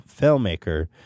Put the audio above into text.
filmmaker